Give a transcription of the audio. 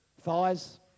Thighs